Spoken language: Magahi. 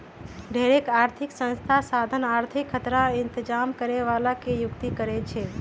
ढेरेक आर्थिक संस्था साधन आर्थिक खतरा इतजाम करे बला के नियुक्ति करै छै